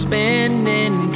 Spending